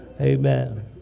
amen